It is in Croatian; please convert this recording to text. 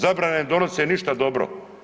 Zabrane ne donose ništa dobro.